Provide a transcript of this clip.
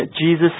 Jesus